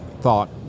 thought